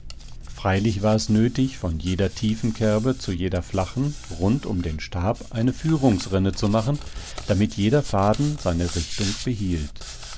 freilich war es nötig von jeder tiefen kerbe zu jeder flachen rund um den stab eine führungsrinne zu machen damit jeder faden seine richtung behielt